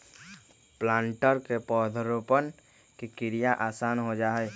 planter से पौधरोपण के क्रिया आसान हो जा हई